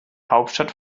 hauptstadt